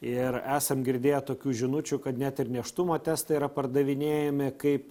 ir esam girdėję tokių žinučių kad net ir nėštumo testai yra pardavinėjami kaip